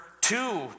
two